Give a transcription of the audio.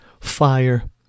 fire